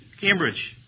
Cambridge